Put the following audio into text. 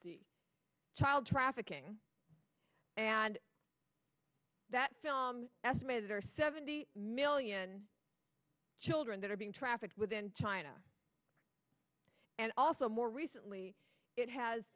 the child trafficking and that film estimated are seventy million children that are being trafficked within china and also more recently it has